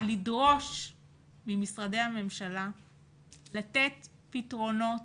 לדרוש ממשרדי הממשלה לתת פתרונות,